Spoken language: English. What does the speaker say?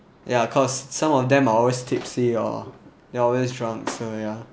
ya cause some of them are always tipsy or they're always drunk so ya